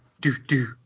Do-do